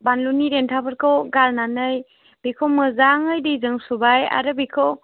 बानलुनि देन्थाफोरखौ गारनानै बेखौ मोजाङै दैजों सुबाय आरो बेखौ